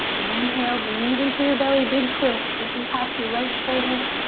inhale, breathe into your belly, big twist. looking past your right shoulder.